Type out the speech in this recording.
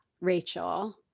Rachel